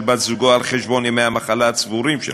בת-זוגו על חשבון ימי המחלה הצבורים שלו.